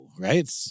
right